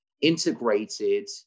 integrated